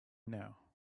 now